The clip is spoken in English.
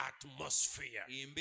Atmosphere